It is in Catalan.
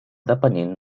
depenent